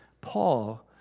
Paul